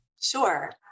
Sure